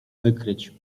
wykryć